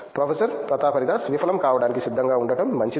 professor Pratap Haridas విఫలం కావడానికి సిద్ధంగా ఉండటం మంచిది